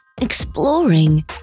exploring